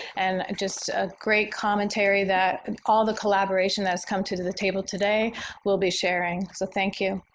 and just a great commentary that and all the collaboration that has come to to the table today will be sharing. so thank you.